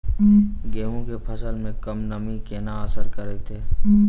गेंहूँ केँ फसल मे कम नमी केना असर करतै?